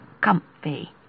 comfy